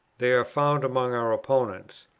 they are found among our opponents.